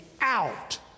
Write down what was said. out